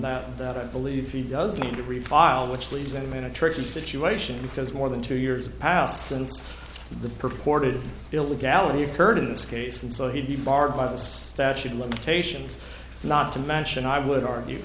that that i believe he does need to refile which leaves any minute church and situation because more than two years have passed since the purported illegality occurred in this case and so he'd be barred by the statute of limitations not to mention i would argue